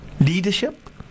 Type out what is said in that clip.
leadership